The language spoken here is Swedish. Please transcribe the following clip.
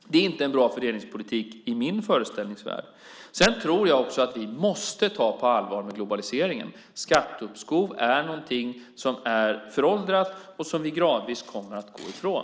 Det är inte en bra fördelningspolitik i min föreställningsvärld. Sedan tror jag också att vi måste ta globaliseringen på allvar. Skatteuppskov är någonting som är föråldrat och som vi gradvis kommer att gå ifrån.